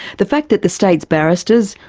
the fact that the state's barristers,